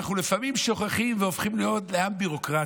אנחנו לפעמים שוכחים והופכים להיות לעם ביורוקרטי.